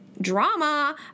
Drama